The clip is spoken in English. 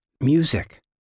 Music